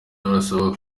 barasabwa